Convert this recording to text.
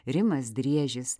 rimas driežis